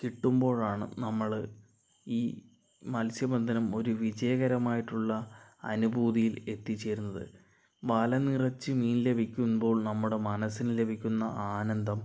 കിട്ടുമ്പോഴാണ് നമ്മള് ഈ മത്സ്യബന്ധനം ഒരു വിജയകരമായിട്ടുള്ള അനുഭൂതിയിൽ എത്തിച്ചേരുന്നത് വല നിറച്ച് മീൻ ലഭിക്കുമ്പോൾ നമ്മുടെ മനസ്സിന് ലഭിക്കുന്ന ആനന്ദം